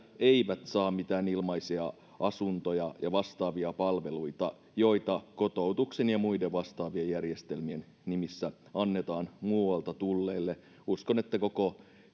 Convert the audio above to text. saa mitään ilmaisia asuntoja ja vastaavia palveluita joita kotoutuksen ja muiden vastaavien järjestelmien nimissä annetaan muualta tulleille uskon että koko